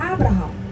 Abraham